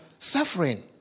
Suffering